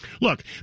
Look